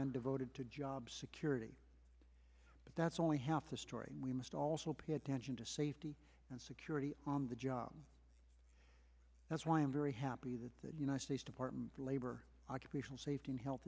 been devoted to job security but that's only half the story and we must also pay attention to safety and security on the job that's why i am very happy that that you know i state department of labor occupational safety and health